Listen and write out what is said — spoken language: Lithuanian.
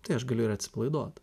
tai aš galiu ir atsipalaiduot